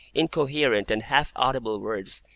incoherent, and half-audible words,